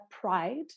pride